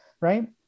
right